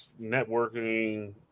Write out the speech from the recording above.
networking